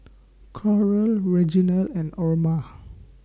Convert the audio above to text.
Coral Reginal and Orma